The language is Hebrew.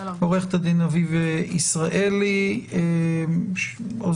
כדרכי בקודש כמה הערות פתיחה לדיון.